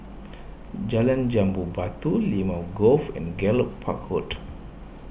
Jalan Jambu Batu Limau Grove and Gallop Park Road